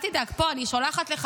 אל תדאג, אני שולחת לך